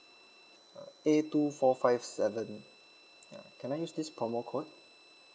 uh A two four five seven ya can I use this promo code